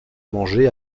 manger